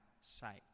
sight